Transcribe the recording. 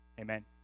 amen